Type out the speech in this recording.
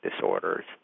disorders